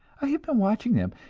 i have been watching them,